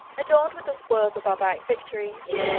adorned with the spoils of barbaric victories,